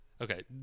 Okay